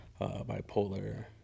bipolar